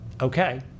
Okay